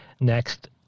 next